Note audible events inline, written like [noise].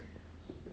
[breath]